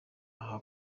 aha